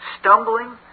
stumbling